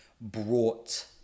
brought